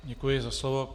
Děkuji za slovo.